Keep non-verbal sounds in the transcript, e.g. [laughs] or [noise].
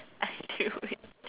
I knew it [laughs]